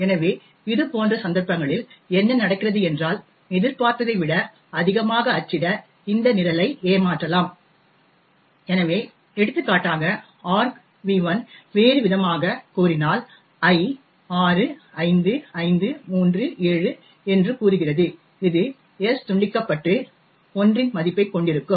எனவே இதுபோன்ற சந்தர்ப்பங்களில் என்ன நடக்கிறது என்றால் எதிர்பார்த்ததை விட அதிகமாக அச்சிட இந்த நிரலை ஏமாற்றலாம் எனவே எடுத்துக்காட்டாக argv1 வேறுவிதமாகக் கூறினால் i 65537 என்று கூறுகிறது இது s துண்டிக்கப்பட்டு 1 இன் மதிப்பைக் கொண்டிருக்கும்